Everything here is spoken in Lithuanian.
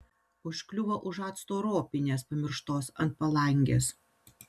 užkliuvo už acto ropinės pamirštos ant palangės